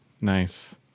nice